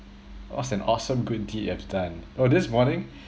what's an awesome good deed I've done oh this morning